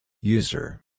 User